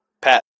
Pat